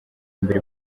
mbere